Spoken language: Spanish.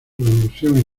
producción